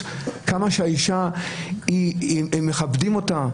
ככל שמכבדים את האישה,